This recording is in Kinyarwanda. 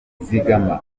zigama